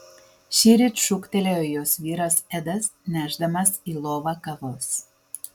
šįryt šūktelėjo jos vyras edas nešdamas į lovą kavos